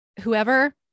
whoever